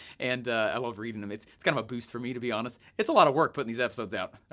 and i love reading them, it's it's kind of a boost for me, to be honest. it's a lot of work putting these episodes out.